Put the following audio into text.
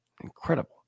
incredible